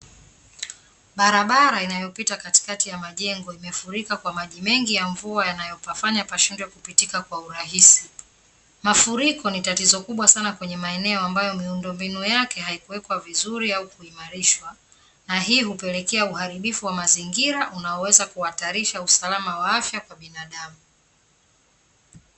Barabara inayopita katikati ya majengo imefurika kwa maji mengi ya mvua yanayopafanya pashindwe kupitika kwa urahisi, mafuriko ni tatizo kubwa sana kwenye maeneo ambayo miundombinu yake haikuwekwa vizuri au kuimarishwa na hii hupelekea uharibifu wa mazingira unaoweza kuhatarisha usalama wa afya kwa binadamu.